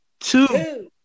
two